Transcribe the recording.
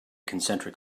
concentric